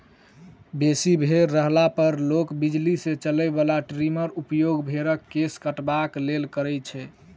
बेसी भेंड़ रहला पर लोक बिजली सॅ चलय बला ट्रीमरक उपयोग भेंड़क केश कटबाक लेल करैत छै